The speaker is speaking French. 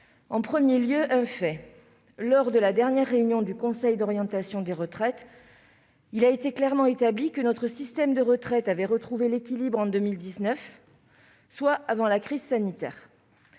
par rappeler un fait : lors de la dernière réunion du Conseil d'orientation des retraites, il a été clairement établi que notre système de retraite avait retrouvé l'équilibre en 2019, avant la crise sanitaire.